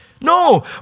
No